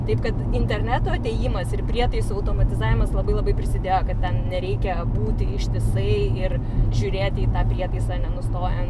taip kad interneto atėjimas ir prietaisų automatizavimas labai labai prisidėjo kad ten nereikia būti ištisai ir žiūrėti į tą prietaisą nenustojant